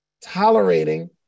tolerating